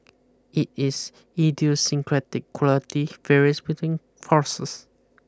it is idiosyncratic quality and varies between horses